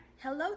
Hello